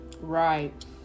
right